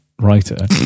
writer